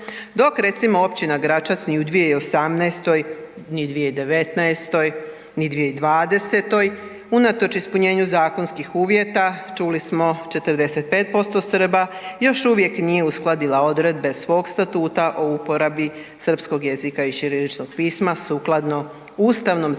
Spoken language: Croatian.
dok recimo općina Gračac ni u 2018. ni 2019. ni 2020. unatoč ispunjenju zakonskih uvjeta, čuli smo, 45% Srba još uvijek nije uskladila odredbe svog statuta o uporabi srpskog jezika i ćiriličnog pisma sukladno Ustavnom zakonu